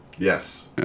Yes